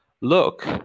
Look